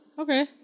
okay